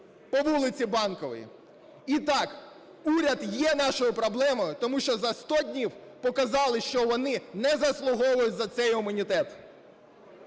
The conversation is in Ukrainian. по вулиці Банковій. І так, уряд є нашою проблемою, тому що за 100 днів показали, що вони не заслуговують на цей імунітет.